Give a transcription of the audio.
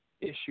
issue